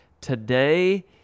Today